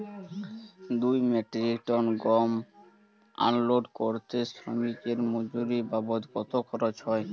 দুই metric ton গম unload করতে শ্রমিক এর মজুরি বাবদ কত খরচ হয়?